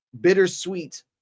bittersweet